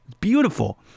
Beautiful